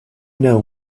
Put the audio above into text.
know